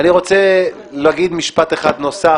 כי אי-אפשר להורות לי שום דבר.